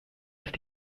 ist